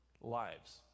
lives